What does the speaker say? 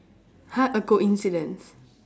!huh! a coincidence